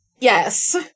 Yes